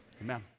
amen